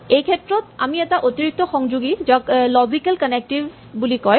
এইক্ষেত্ৰত আমি এটা অতিৰিক্ত সংযোগী পাওঁ যাক লজিকেল কনেক্টিভ বুলি কয়